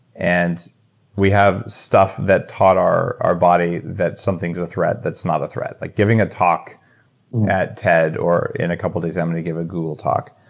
and we have stuff that taught our our body that something is a threat that's not a threat like giving a talk at ted or in a couple of days, i'm going to give a google talk,